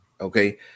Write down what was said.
Okay